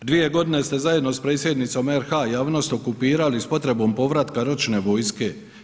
Dvije godine ste zajedno sa predsjednicom RH javnost okupirali s potrebom povratka ročne vojske.